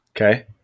Okay